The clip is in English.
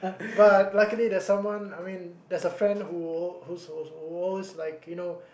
but luckily there's someone I mean there's a friend who who's also who's like you know